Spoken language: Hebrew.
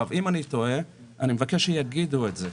אם אני טועה, אני מבקש שיגידו את זה.